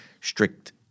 strict